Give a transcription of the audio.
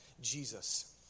Jesus